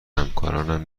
همکارانم